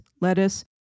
lettuce